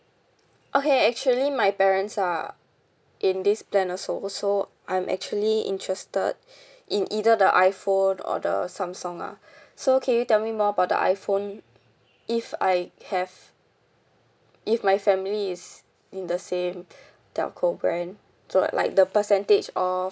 okay actually my parents are in this plan also so I'm actually interested in either the iphone or the samsung ah so can you tell me more about the iphone if I have if my family is in the same telco brand so like the percentage off